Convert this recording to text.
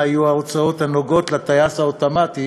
מה יהיו ההוצאות הנוגעות לטייס האוטומטי,